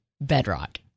Bedrock